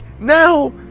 now